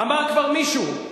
אמר כבר מישהו: